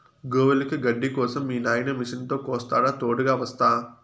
గోవులకి గడ్డి కోసం మీ నాయిన మిషనుతో కోస్తాడా తోడుగ వస్తా